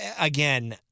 again